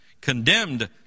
condemned